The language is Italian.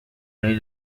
nei